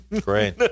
Great